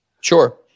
Sure